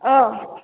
औ